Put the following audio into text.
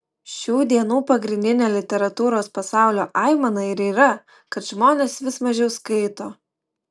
šių dienų pagrindinė literatūros pasaulio aimana ir yra kad žmonės vis mažiau skaito